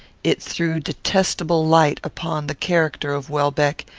it threw detestable light upon the character of welbeck,